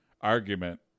argument